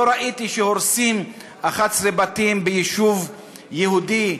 לא ראיתי שהורסים 11 בתים ביישוב יהודי,